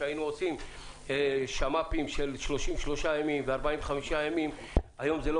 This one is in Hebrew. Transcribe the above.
שהיינו עושים שמ"פים של 33 ימים ו-45 ימים היום זה לא